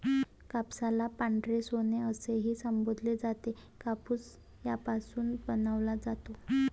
कापसाला पांढरे सोने असेही संबोधले जाते, कापूस यापासून बनवला जातो